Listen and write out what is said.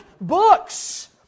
books